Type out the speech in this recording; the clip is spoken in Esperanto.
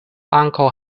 ankaŭ